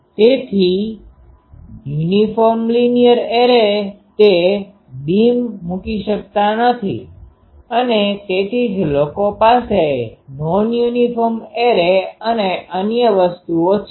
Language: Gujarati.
તેથી યુનિફોર્મ લીનીયર એરે તે બીમ મૂકી શકતા નથી અને તેથી જ લોકો પાસે નોન યુનિફોર્મ એરે અને અન્ય વસ્તુઓ છે